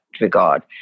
regard